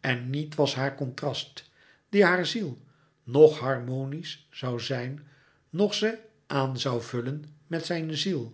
en niet louis couperus metamorfoze was haar contrast die haar ziel noch harmonisch zoû zijn noch ze aan zoû vullen met zijne ziel